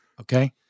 Okay